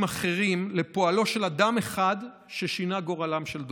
אחרים לפועלו של אדם אחד ששינה גורלם של דורות.